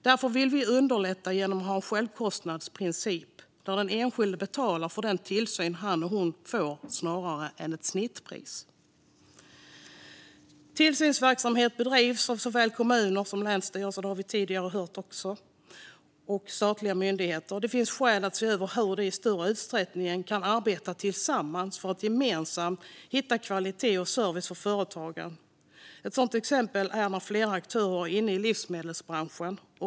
Därför vill vi underlätta genom att ha en självkostnadsprincip - den enskilde betalar för den tillsyn han eller hon får snarare än ett snittpris. Som vi hört tidigare bedrivs tillsynsverksamhet av såväl kommuner som länsstyrelser och statliga myndigheter. Det finns skäl att se över hur de i större utsträckning kan arbeta tillsammans för att gemensamt hitta kvalitet och service för företagen. Ett sådant exempel är när flera aktörer är inne i livsmedelsbranschen.